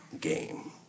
game